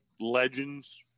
legends